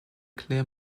clear